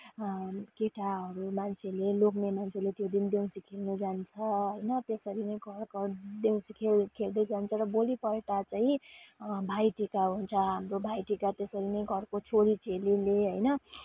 केटाहरू मान्छेले लोग्ने मान्छेले त्यो दिन देउसी खेल्न जान्छ होइन त्यसरी नै घर घर देउसी खेल खेल्दै जान्छ र भोलिपल्ट चाहिँ भाइटिका हुन्छ हाम्रो भाइटिका त्यसरी नै घरको छोरीचेलीले होइन